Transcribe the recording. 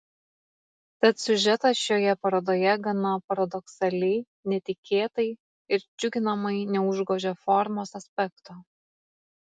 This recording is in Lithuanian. tad siužetas šioje parodoje gana paradoksaliai netikėtai ir džiuginamai neužgožia formos aspekto